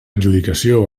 adjudicació